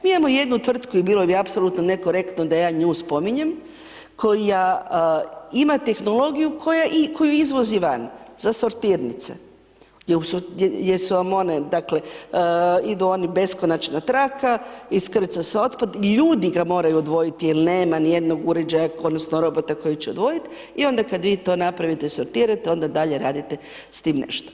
Mi imamo jednu tvrtku i bilo bi apsolutno nekorektno da ja nju spominjem, koja ima tehnologiju koju izvozi van, za sortirnice, gdje su vam one, dakle, idu oni beskonačna traka, iskrca se otpad, i ljudi ga moraju odvojiti, jer nema niti jednog uređaja odnosno robota koji će odvojiti, i onda kad vi to napravite, sortirate, onda dalje radite s tim nešto.